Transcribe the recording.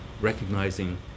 recognizing